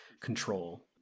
control